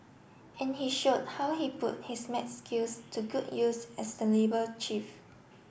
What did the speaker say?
and he showed how he put his maths skills to good use as the labour chief